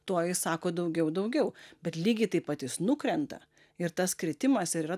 tuo jis sako daugiau daugiau bet lygiai taip pat jis nukrenta ir tas kritimas ir yra